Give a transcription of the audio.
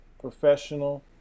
professional